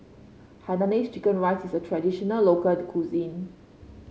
Hainanese Chicken Rice is a traditional local cuisine